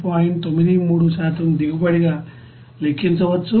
93 దిగుబడిగా లెక్కించవచ్చు